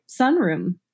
sunroom